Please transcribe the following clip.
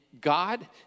God